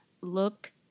look